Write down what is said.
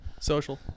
social